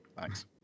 Thanks